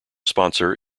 sponsor